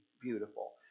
beautiful